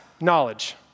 knowledge